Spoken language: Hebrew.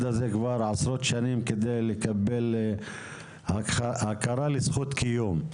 הזה כבר עשרות שנים כדי לקבל הכרה לזכות קיום.